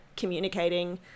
communicating